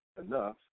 enough